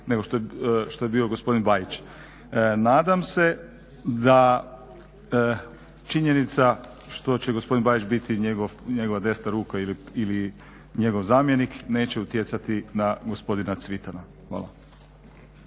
nego što je bio gospodin Bajić. Nadam se da činjenica što će gospodin Bajić biti njegova desna ruka ili njegov zamjenik neće utjecati na gospodina Cvitana. Hvala.